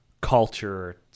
culture